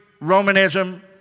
Romanism